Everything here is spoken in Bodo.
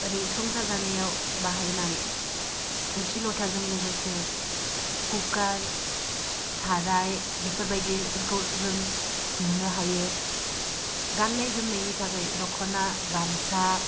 ओरै संसार जानायाव बाहायनाय थोरसि ल'थाजों लोगोसे कुकार साराय बेफोरबायदिफोरखौ जों नुनो हायो गाननाय जोमनायनि थाखाय दखना गामसा